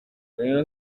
rayon